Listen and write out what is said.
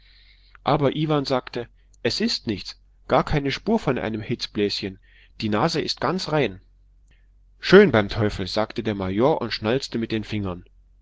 aber iwan sagte es ist nichts gar keine spur von einem hitzbläschen die nase ist ganz rein schön beim teufel sagte der major und schnalzte mit den fingern